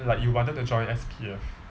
like you wanted to join S_P_F